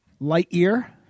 Lightyear